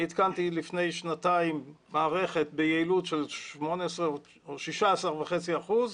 אני התקנתי לפני שנתיים מערכת ביעילות של 16.5 אחוזים,